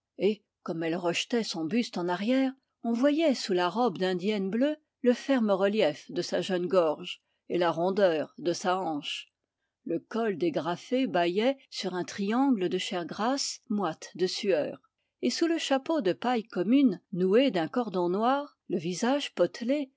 comme elle rejetait son buste en arrière on voyait sous sa robe d'indienne bleue le ferme relief de sa jeune gorge et la rondeur de sa hanche le col dégrafé bâillait sur un triangle de chair grasse moite de sueur sous le chapeau de paille commune noué d'un cordon noir le visage potelé